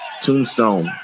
Tombstone